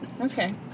okay